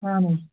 اَہَن حظ